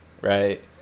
right